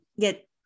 get